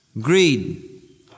greed